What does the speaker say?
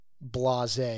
Blase